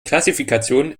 klassifikation